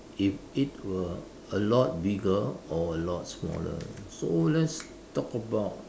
if it were a lot bigger or a lot smaller so let's talk about